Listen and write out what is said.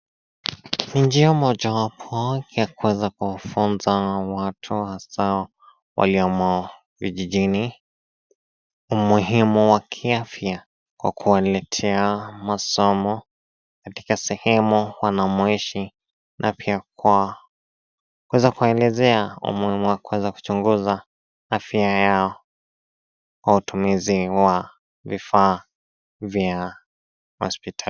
Ni njia mojawapo ya kuweza kufunza watu hasaa waliomo vijijini umuhimu wa kiafya kwa kuwaletea masomo katika sehemu wanamoishi na pia kwa kuweza kuwaelezea na kuchunguza afya yao kwa utumizi wa vifaa vya hospitalini.